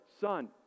son